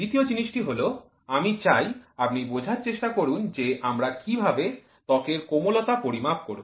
দ্বিতীয় জিনিসটি হল আমি চাই আপনি বোঝার চেষ্টা করুন যে আমরা কীভাবে ত্বকের কোমলতা পরিমাপ করব